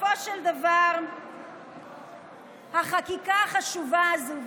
בסופו של דבר החקיקה החשובה הזו,